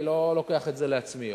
אני לא לוקח את זה לעצמי,